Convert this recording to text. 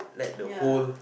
yeah